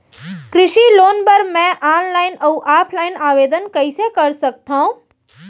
कृषि लोन बर मैं ऑनलाइन अऊ ऑफलाइन आवेदन कइसे कर सकथव?